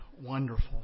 wonderful